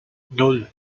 nan